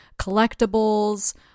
collectibles